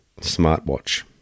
smartwatch